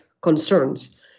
concerns